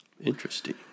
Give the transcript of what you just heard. Interesting